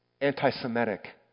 anti-Semitic